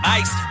ice